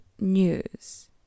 news